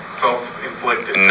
self-inflicted